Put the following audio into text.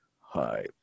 hi